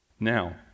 Now